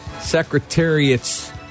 Secretariat's